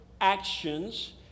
actions